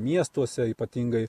miestuose ypatingai